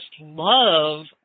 love